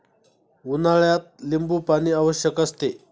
उन्हाळ्यात लिंबूपाणी आवश्यक असते